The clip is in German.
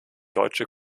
deutsche